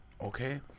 okay